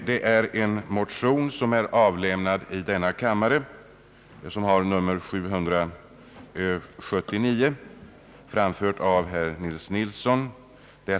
De frågorna tas upp i motion nr I: 779, framförd av herr Nils Nilsson.